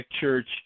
church